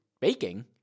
baking